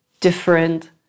different